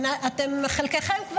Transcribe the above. חלקכם,